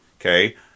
okay